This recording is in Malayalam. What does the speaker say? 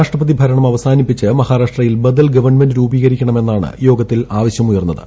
രാഷ്ട്രപതി ഭരണം അവസാനിപ്പിച്ച് മഹാരാഷ്ട്രയിൽ ബദൽ ഗവൺമെന്റ് രൂപീകരിക്കണമെന്നാണ് യോഗത്തിൽ ആവശ്യമുയർന്നത്